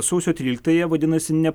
sausio tryliktąją vadinasi ne